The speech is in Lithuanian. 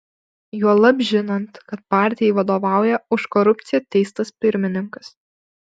juolab žinant kad partijai vadovauja už korupciją teistas pirmininkas